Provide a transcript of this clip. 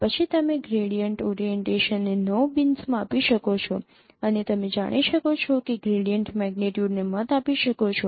પછી તમે ગ્રેડિયન્ટ ઓરીએન્ટેશનને ૯ બિન્સમાં આપી શકો છો અને તમે જાણી શકો છો કે ગ્રેડિયન્ટ મેગ્નીટ્યુડ ને મત આપી શકો છો